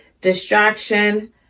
Distraction